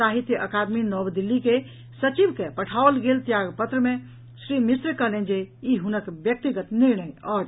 साहित्य अकादमी नव दिल्ली के सचिव के पठाओल गेल त्याग पत्र मे श्री मिश्र कहलनि जे ई हुनक व्यक्तिगत निर्णय अछि